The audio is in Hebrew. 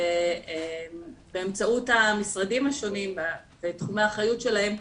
ובאמצעות המשרדים השונים ותחומי האחריות שלהם,